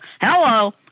hello